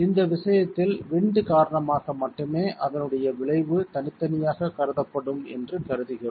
இந்த விஷயத்தில் விண்ட் காரணமாக மட்டுமே அதனுடைய விளைவு தனித்தனியாக கருதப்படும் என்று கருதுகிறோம்